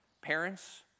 Parents